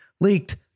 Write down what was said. leaked